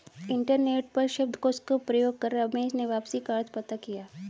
internet पर शब्दकोश का प्रयोग कर रमेश ने वापसी का अर्थ पता किया